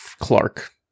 Clark